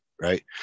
right